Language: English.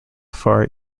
far